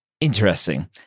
interesting